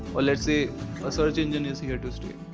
or let's say a search engine is here to stay.